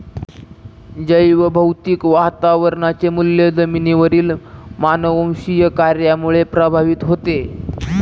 जैवभौतिक वातावरणाचे मूल्य जमिनीवरील मानववंशीय कार्यामुळे प्रभावित होते